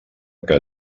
que